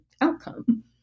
outcome